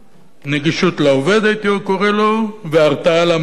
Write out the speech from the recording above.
נגישות לעובד, הייתי קורא לו, והרתעה למעסיק.